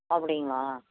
அப்படிங்களா